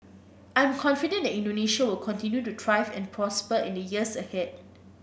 I am confident that Indonesia will continue to thrive and prosper in the years ahead